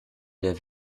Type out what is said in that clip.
der